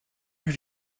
have